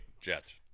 Jets